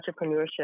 entrepreneurship